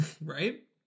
right